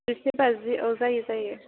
एसे गाज्रि अ जायो जायो